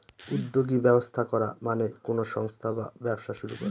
উদ্যোগী ব্যবস্থা করা মানে কোনো সংস্থা বা ব্যবসা শুরু করা